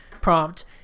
prompt